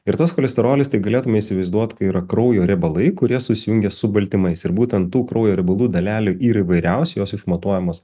ir tas cholesterolis tai galėtume įsivaizduot kai yra kraujo riebalai kurie susijungia su baltymais ir būtent tų kraujo riebalų dalelių yra įvairiausių jos išmatuojamos